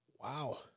Wow